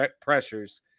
pressures